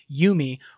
Yumi